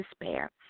despair